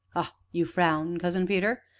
ah you frown, cousin peter?